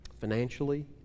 Financially